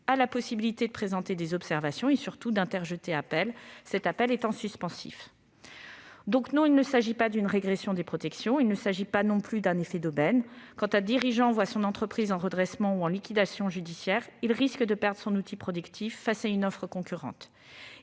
; il peut présenter des observations et, surtout, interjeter appel, avec effet suspensif. Non, il ne s'agit donc pas d'une régression des protections, non plus que d'un effet d'aubaine. Quand un dirigeant voit son entreprise en redressement ou en liquidation judiciaire, il risque de perdre son outil productif face à une offre concurrente